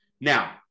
now